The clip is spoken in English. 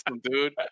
dude